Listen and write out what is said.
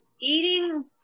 eating